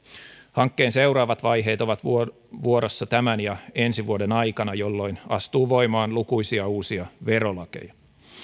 hankkeen seuraavat vaiheet ovat vuorossa tämän ja ensi vuoden aikana jolloin astuu voimaan lukuisia uusia verolakeja